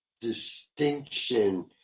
distinction